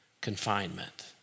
confinement